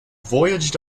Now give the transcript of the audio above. voyaged